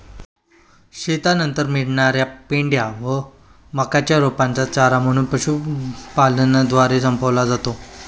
शेतीनंतर मिळणार्या पेंढ्या व मक्याच्या रोपांचे चारा म्हणून पशुपालनद्वारे संपवला जातो